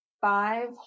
five